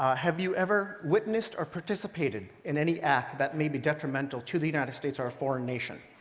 have you ever witnessed or participated in any act that may be detrimental to the united states or a foreign nation?